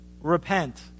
repent